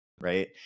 right